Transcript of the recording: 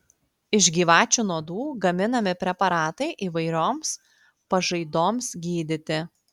iš gyvačių nuodų gaminami preparatai įvairioms pažaidoms gydyti